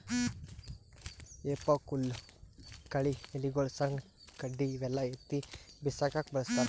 ಹೆಫೋಕ್ ಹುಲ್ಲ್ ಕಳಿ ಎಲಿಗೊಳು ಸಣ್ಣ್ ಕಡ್ಡಿ ಇವೆಲ್ಲಾ ಎತ್ತಿ ಬಿಸಾಕಕ್ಕ್ ಬಳಸ್ತಾರ್